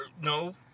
No